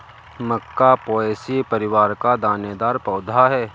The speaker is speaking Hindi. मक्का पोएसी परिवार का दानेदार पौधा है